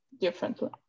differently